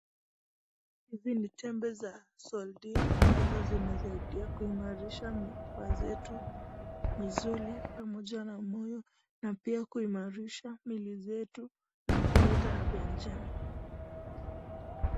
Hizi ni tembe za Sol-D ambazo zinasaidia kuimarisha mifupa zetu, misuli pamoja na moyo na pia kuimarisha mili zetu na kuleta afya njema.